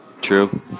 True